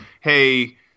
hey